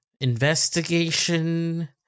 investigation